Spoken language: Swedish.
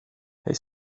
hej